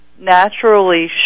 naturally